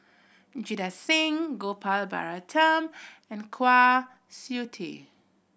Jita Singh Gopal Baratham and Kwa Siew Tee